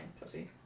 pussy